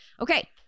okay